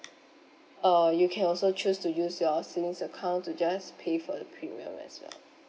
uh you can also choose to use your savings account to just pay for the premium as well